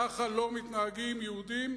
כך לא מתנהגים יהודים.